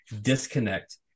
disconnect